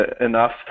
enough